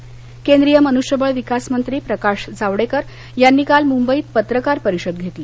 जावडेकर मंबई केंद्रीय मनुष्यबळ विकासमंत्री प्रकाश जावडेकर यांनी काल मुंबईत पत्रकार परिषद घेतली